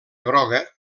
groga